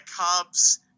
Cubs